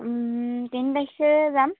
ওম তিনি তাৰিখে যাম